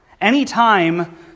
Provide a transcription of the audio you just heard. Anytime